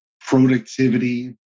productivity